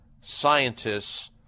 scientists